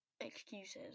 excuses